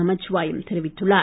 நமச்சிவாயம் தெரிவித்துள்ளார்